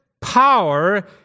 power